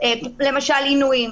למשל עינויים.